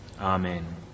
Amen